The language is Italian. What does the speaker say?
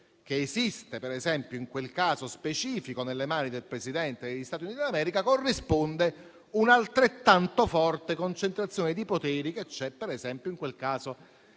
che esiste, per esempio, in quel caso specifico nelle mani del Presidente degli Stati Uniti d'America - corrisponde un altrettanto forte concentrazione di poteri che c'è nei confronti del